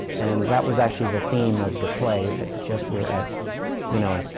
and that was actually the theme of the play. that, just we're at you know,